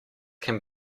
can